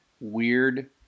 weird